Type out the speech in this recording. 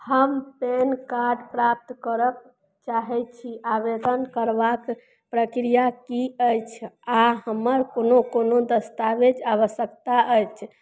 हम pan card प्राप्त करक चाहय छी आवेदन करबाकेँ प्रक्रिया की अछि आओर हमर कोनो कोनो दस्तावेज आवश्यकता अछि